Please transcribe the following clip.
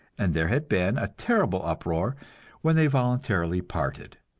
and there had been a terrible uproar when they voluntarily parted.